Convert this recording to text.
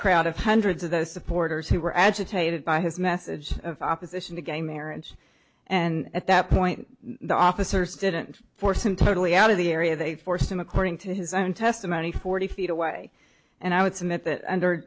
crowd of hundreds of those supporters who were agitated by his message of opposition to gay marriage and at that point the officers didn't force him totally out of the area they forced him according to his own testimony forty feet away and i would submit that under